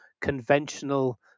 conventional